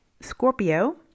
Scorpio